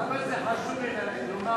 למה זה חשוב לומר מי,